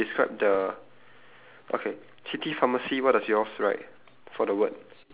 city pharmacy is red colour okay how about you describe all of it again then we describe the